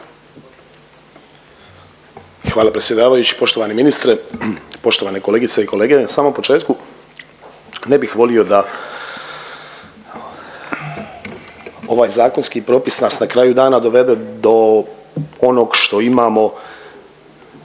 Hvala predsjedavajući, poštovani ministre. Poštovani kolegice i kolege, na samom početku ne bih volio da ovaj zakonski propis nas na kraju dana dovede do onog što imamo